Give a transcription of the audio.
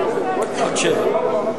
אריאל לסעיף 4 לא נתקבלה.